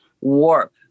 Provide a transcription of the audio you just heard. warp